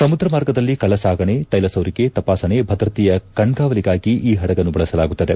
ಸಮುದ್ರ ಮಾರ್ಗದಲ್ಲಿ ಕಳ್ಳ ಸಾಗಣೆ ತೈಲ ಸೋರಿಕೆ ತಪಾಸಣೆ ಭದ್ರತೆಯ ಕಣ್ಗಾವಲಿಗಾಗಿ ಈ ಪಡಗನ್ನು ಬಳಸಲಾಗುತ್ತದೆ